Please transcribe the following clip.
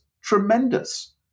tremendous